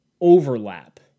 overlap